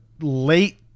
late